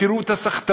תראו את הסחטנות,